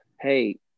Hey